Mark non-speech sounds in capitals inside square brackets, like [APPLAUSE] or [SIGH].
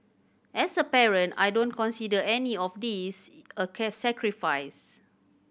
as a parent I don't consider any of this a [UNINTELLIGIBLE] sacrifice